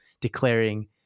declaring